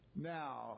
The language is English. Now